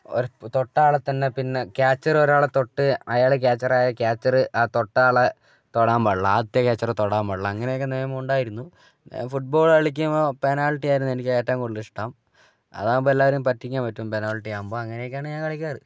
തൊട്ട ആളെ തന്നെ പിന്നെ ക്യാച്ചർ ഒരാളെ തൊട്ട് അയാൾ ക്യാച്ചറായാൽ ക്യാച്ചറ് ആ തൊട്ട ആളെ തൊടാൻ പാടില്ല ആദ്യത്തെ ക്യാച്ചറെ തൊടാൻ പാടില്ല അങ്ങനെയൊക്കെ നിയമം ഉണ്ടായിരുന്നു ഫുട്ബോള് കളിക്കുമ്പോൾ പെനാൽറ്റി ആയിരുന്നു എനിക്ക് ഏറ്റവും കൂടുതൽ ഇഷ്ടം അതാകുമ്പോൾ എല്ലാവരെയും പറ്റിക്കാൻ പറ്റും പെനാൽറ്റി ആകുമ്പോൾ അങ്ങനെയൊക്കെയാണ് ഞാൻ കളിക്കാറ്